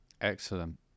Excellent